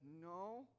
no